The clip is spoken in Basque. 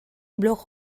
blog